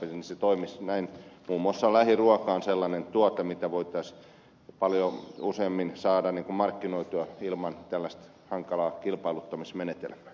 muun muassa lähiruoka on sellainen tuote mitä voitaisiin paljon useammin saada markkinoitua ilman tällaista hankalaa kilpailuttamismenetelmää